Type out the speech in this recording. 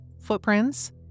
footprints